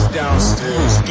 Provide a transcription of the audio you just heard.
downstairs